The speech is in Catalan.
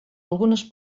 algunes